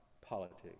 politics